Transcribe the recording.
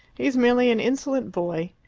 he's merely an insolent boy.